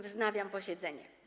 Wznawiam posiedzenie.